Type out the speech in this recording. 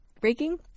breaking